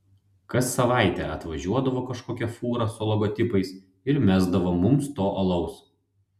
kas savaitę atvažiuodavo kažkokia fūra su logotipais ir mesdavo mums to alaus